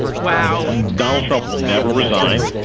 wow. donald trump will never resign.